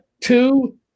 two